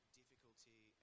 difficulty